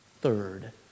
Third